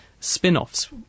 spin-offs